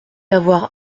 avoir